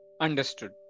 Understood